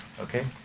okay